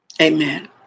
Amen